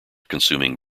consuming